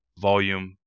volume